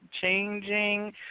changing